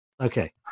Okay